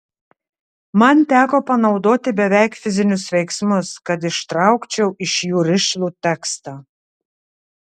man teko panaudoti beveik fizinius veiksmus kad ištraukčiau iš jų rišlų tekstą